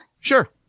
Sure